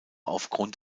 aufgrund